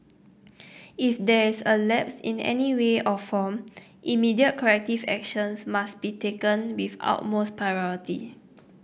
if there is a lapse in any way or form immediate corrective actions must be taken with utmost priority